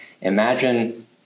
imagine